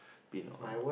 been on